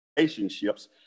relationships